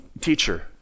teacher